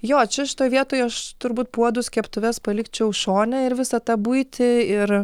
jo čia šitoj vietoj aš turbūt puodus keptuves palikčiau šone ir visą tą buitį ir